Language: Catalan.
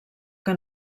que